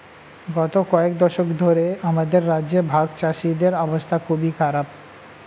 গত কয়েক দশক ধরে আমাদের রাজ্যে ভাগচাষীদের অবস্থা খুবই খারাপ